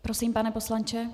Prosím, pane poslanče.